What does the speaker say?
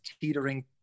teetering